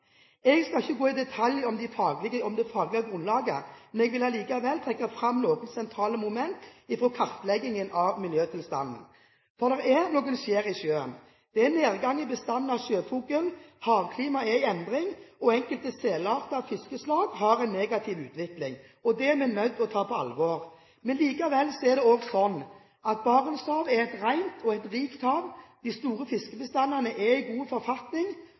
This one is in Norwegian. Jeg skal ikke gå i detaljer om det faglige grunnlaget, men jeg vil likevel trekke fram noen sentrale momenter fra kartleggingen av miljøtilstanden, for det er noen skjær i sjøen. Det er en nedgang i bestanden av sjøfugl, havklimaet er i endring, og enkelte selarter og fiskeslag har en negativ utvikling. Det er vi nødt til å ta på alvor. Likevel er det slik: Barentshavet er et rent og rikt hav. De store fiskebestandene er i god forfatning.